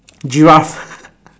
giraffe